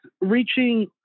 reaching